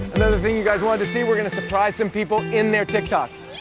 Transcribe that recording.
another thing you guys wanted to see, we're gonna surprise some people in their tik toks.